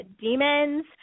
Demons